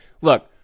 Look